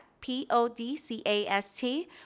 p-o-d-c-a-s-t